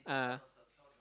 ah